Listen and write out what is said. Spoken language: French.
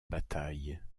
bataille